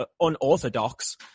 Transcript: unorthodox